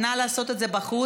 נא לעשות את זה בחוץ.